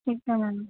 ਠੀਕ ਐ ਮੈਮ